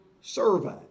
survey